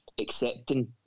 accepting